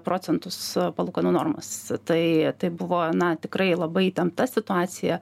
procentus palūkanų normas tai tai buvo na tikrai labai įtempta situacija